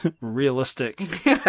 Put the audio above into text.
realistic